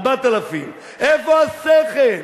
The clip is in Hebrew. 4,000. איפה השכל?